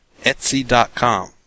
Etsy.com